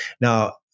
Now